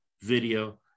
video